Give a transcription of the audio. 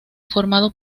formado